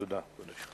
תודה רבה.